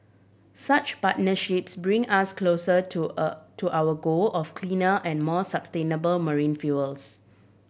such partnerships bring us closer to a to our goal of cleaner and more sustainable marine fuels